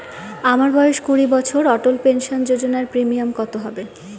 আমার বয়স কুড়ি বছর অটল পেনসন যোজনার প্রিমিয়াম কত হবে?